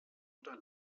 oder